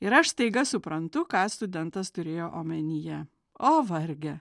ir aš staiga suprantu ką studentas turėjo omenyje o varge